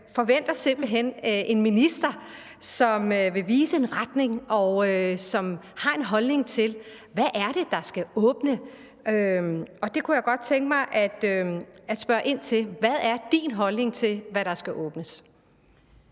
forventer simpelt hen en minister, som vil vise en retning, og som har en holdning til, hvad det er, der skal åbne. Og det kunne jeg godt tænke mig at spørge ind til: Hvad er din holdning til, hvad der skal åbnes?